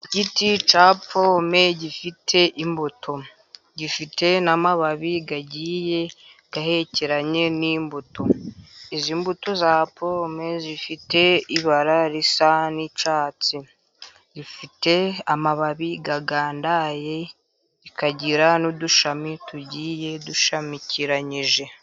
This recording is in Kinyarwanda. Igiti cya pome gifite imbuto, gifite n'amababi agiye ahekeranye n'imbuto. Izi mbuto za pome zifite ibara risa n'icyatsi. Ifite amababi agandaye, ikagira n'udushami tugiye dushamikiranyije.